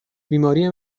بیماری